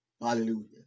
hallelujah